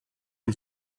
can